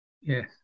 yes